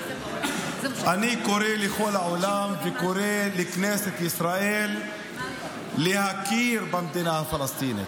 אני קורא לכל העולם וקורא לכנסת ישראל להכיר במדינה הפלסטינית.